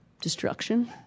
destruction